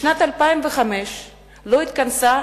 משנת 2005 לא התכנסה